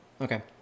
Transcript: Okay